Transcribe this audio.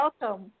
welcome